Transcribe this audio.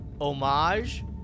homage